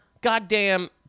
goddamn